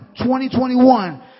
2021